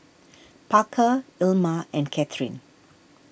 Parker Ilma and Kathrine